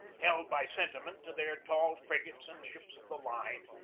held by sentiment to their tall frig ates and ships of the line,